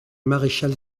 maréchal